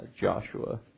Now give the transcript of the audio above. Joshua